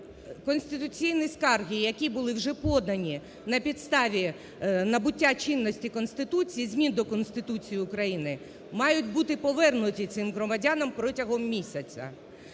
конституційні скарги, які були вже подані на підставі набуття чинності Конституції, змін до Конституції України, мають бути повернуті цим громадянам протягом місяця.